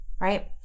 Right